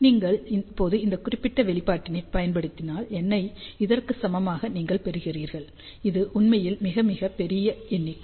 நீங்கள் இப்போது இந்த குறிப்பிட்ட வெளிப்பாட்டினைப் பயன்படுத்தினால் N ஐ இதற்கு சமமாக நீங்கள் பெறுகிறீர்கள் இது உண்மையில் மிகவும் மிகப் பெரிய எண்ணிக்கை